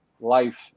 life